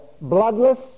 bloodless